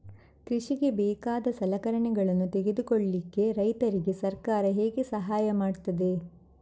ಕೃಷಿಗೆ ಬೇಕಾದ ಸಲಕರಣೆಗಳನ್ನು ತೆಗೆದುಕೊಳ್ಳಿಕೆ ರೈತರಿಗೆ ಸರ್ಕಾರ ಹೇಗೆ ಸಹಾಯ ಮಾಡ್ತದೆ?